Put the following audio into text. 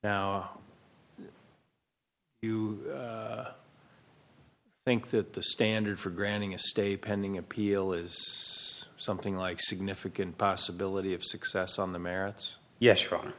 now you think that the standard for granting a stay pending appeal is something like significant possibility of success on the merits yes ro